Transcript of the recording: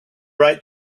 right